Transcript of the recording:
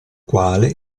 quale